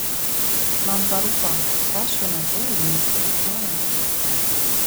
man parūpo ką šiuo metu ji įsivaizduoja